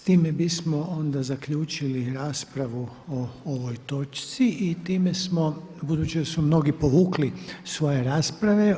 S time bismo onda zaključili raspravu o ovoj točci i time smo, budući da su mnogi povukli svoje rasprave,